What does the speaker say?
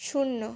শূন্য